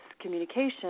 communication